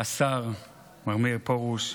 השר מר מאיר פרוש,